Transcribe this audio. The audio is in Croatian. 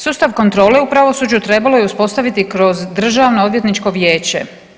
Sustav kontrole u pravosuđu trebalo je uspostaviti kroz državno odvjetničko vijeće.